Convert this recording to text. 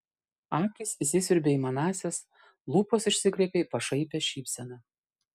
akys įsisiurbė į manąsias lūpos išsikreipė į pašaipią šypseną